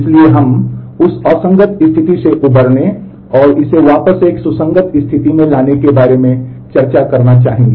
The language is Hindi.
इसलिए हम उस असंगत स्थिति से उबरने और इसे वापस एक सुसंगत स्थिति में लाने के बारे में चर्चा करना चाहेंगे